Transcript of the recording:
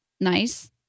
nice